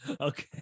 Okay